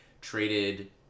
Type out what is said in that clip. traded